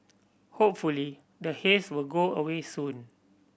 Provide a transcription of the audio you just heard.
hopefully the haze will go away soon